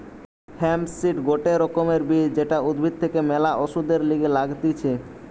hemp seed গটে রকমের বীজ যেটা উদ্ভিদ থেকে ম্যালা ওষুধের লিগে লাগতিছে